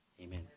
Amen